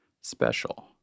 special